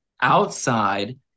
outside